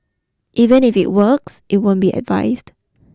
even if it works it won't be advised